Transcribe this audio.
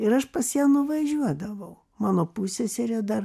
ir aš pas ją nuvažiuodavau mano pusseserė dar